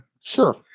Sure